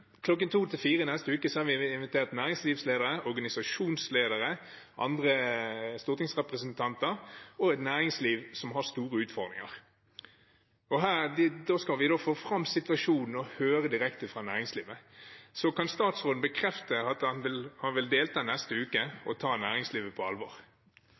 Klokken 14–16 onsdag i neste uke har vi invitert næringslivsledere, organisasjonsledere, andre stortingsrepresentanter og et næringsliv som har store utfordringer. Da skal vi få fram situasjonen og høre direkte fra næringslivet. Kan statsråden bekrefte at han vil delta neste uke og ta næringslivet på alvor?